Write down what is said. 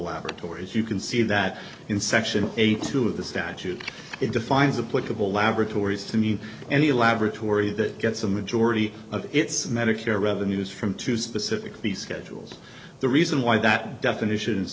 laboratories you can see that in section eighty two of the statute it defines a political loud tori's to mean any laboratory that gets a majority of its medicare revenues from two specifically schedules the reason why that definition